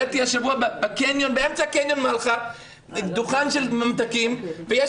ראיתי השבוע באמצע קניון מלחה דוכן של ממתקים ויש